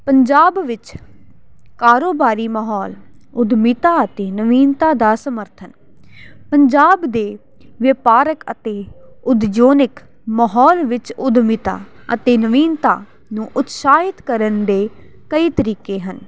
ਪੰਜਾਬ ਵਿੱਚ ਕਾਰੋਬਾਰੀ ਮਾਹੌਲ ਉੱਦਮਤਾ ਅਤੇ ਨਵੀਨਤਾ ਦਾ ਸਮਰਥਨ ਪੰਜਾਬ ਦੇ ਵਪਾਰਕ ਅਤੇ ਉਦਯੋਗਿਕ ਮਾਹੌਲ ਵਿੱਚ ਉੱਦਮਤਾ ਅਤੇ ਨਵੀਨਤਾ ਨੂੰ ਉਤਸ਼ਾਹਿਤ ਕਰਨ ਦੇ ਕਈ ਤਰੀਕੇ ਹਨ